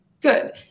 good